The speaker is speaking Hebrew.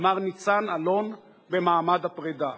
אמר ניצן אלון במעמד הפרידה.